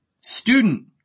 Student